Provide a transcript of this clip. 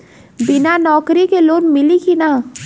बिना नौकरी के लोन मिली कि ना?